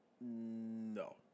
no